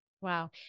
wow